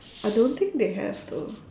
I don't think they have though